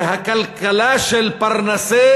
מהכלכלה של פרנסי